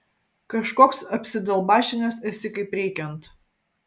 kažkoks apsidalbašinęs esi kaip reikiant